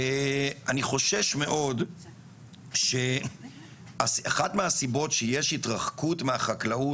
ואני חושש מאוד שאחת מהסיבות שיש התרחקות מהחקלאות,